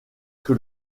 que